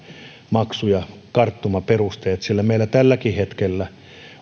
maksu ja karttumaperusteet sillä meillä tälläkin hetkellä